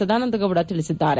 ಸದಾನಂದ ಗೌಡ ತಿಳಿಸಿದ್ದಾರೆ